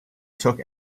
took